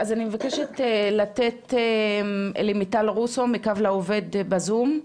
אז אני מבקשת לתת למיטל רוסו, מ"קו לעובד", בזום.